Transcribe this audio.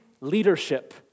leadership